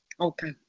Okay